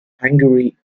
hungary